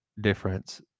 difference